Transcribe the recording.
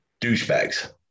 douchebags